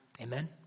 Amen